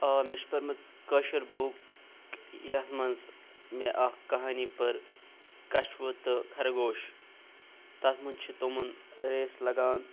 آ مےٚ چھِ پٔرمٕژ کٲشِر بُک یَتھ منٛز مےٚ اَکھ کہانی پٔر کَچھوٕ تہٕ خَرگوش تَتھ منٛز چھِ تِمَن ریس لَگان